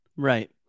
Right